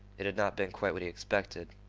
it had not been quite what he expected,